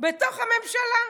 בתוך הממשלה,